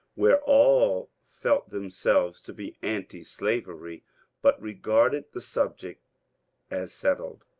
where all felt themselves to be antislavery, but regarded the subject as settled.